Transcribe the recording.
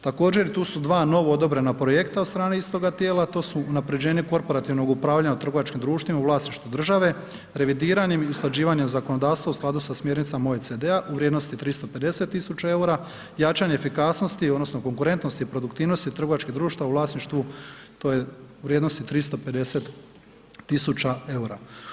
Također, tu su dva novoodobrena projekta od strane istoga tijela, to su unaprjeđenje korporativnog upravljanja u trgovačkih društvima u vlasništvu države, revidiranim i usklađivanjem zakonodavstva u skladu sa smjernicama OECD-a u vrijednosti 350 tisuća eura, jačanje efikasnosti odnosno konkurentnosti i produktivnosti trgovačkih društava u vlasništvu, to je u vrijednosti 350 tisuća eura.